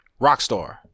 Rockstar